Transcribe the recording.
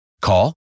Call